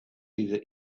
either